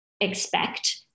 expect